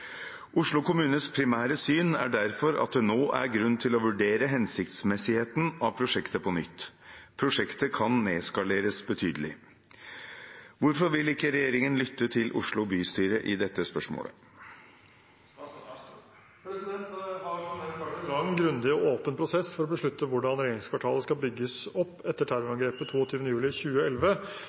Oslo kommunes primære syn er derfor at det nå er grunn til å vurdere hensiktsmessigheten av prosjektet på nytt. Prosjektet kan nedskaleres betydelig.» Hvorfor vil ikke regjeringen lytte til Oslo bystyre i dette spørsmålet?» Det har som nevnt vært en lang, grundig og åpen prosess for å beslutte hvordan regjeringskvartalet skal bygges opp etter terrorangrepet 22. juli 2011.